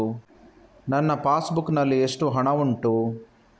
ನನ್ನ passbook ನಲ್ಲಿ ಎಷ್ಟು ಹಣ ಉಂಟು?